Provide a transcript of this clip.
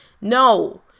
No